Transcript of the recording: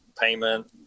payment